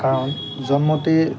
কাৰণ জন্মতে